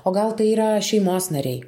o gal tai yra šeimos nariai